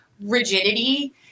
rigidity